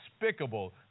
despicable